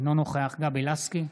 אינו נוכח גבי לסקי,